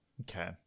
Okay